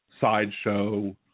sideshow